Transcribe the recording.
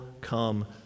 come